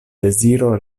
deziro